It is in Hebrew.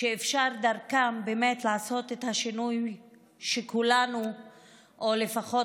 שדרכם אפשר באמת לעשות את השינוי שכולנו או לפחות